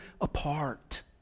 apart